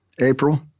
April